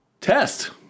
Test